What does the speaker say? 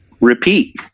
Repeat